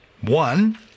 One